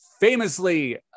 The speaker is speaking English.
famously